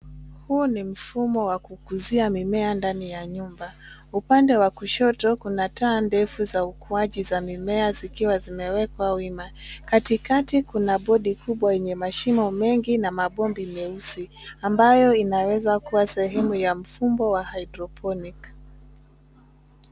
Huu ni mfumo wa kukuzia mimea ndani ya nyumba. Upande wa kushoto kuna taa ndefu za ukuaji za mimea zikiwa zimewekwa wima. Katikati kuna bodi kubwa yenye mashimo mengi na mabombi meusi ambayo inaweza kuwa sehemu ya mfumbo wa hydroponics .